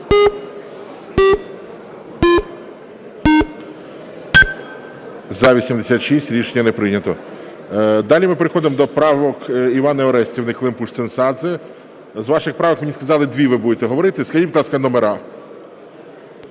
За-86 Рішення не прийнято. Далі ми переходимо до правок Іванни Орестівни Климпуш-Цинцадзе. З ваших правок мені сказали, дві ви будете говорити. Скажіть, будь ласка, номера.